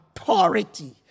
authority